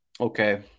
Okay